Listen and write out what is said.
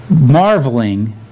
marveling